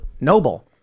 noble